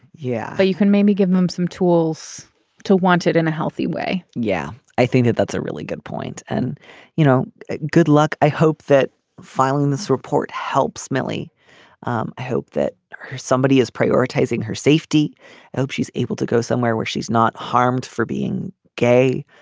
yeah you can maybe give them some tools to want it in a healthy way yeah i think that that's a really good point. and you know good luck. i hope that filing this report helps smelly um hope that somebody is prioritizing her safety. i hope she's able to go somewhere where she's not harmed for being gay.